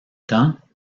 temps